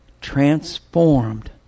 transformed